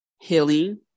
Healing